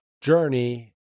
journey